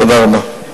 תודה רבה.